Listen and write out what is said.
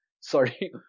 Sorry